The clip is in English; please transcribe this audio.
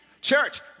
Church